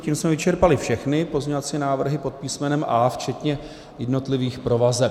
Tím jsme vyčerpali všechny pozměňovací návrhy pod písmenem A včetně jednotlivých provazeb.